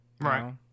right